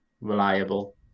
reliable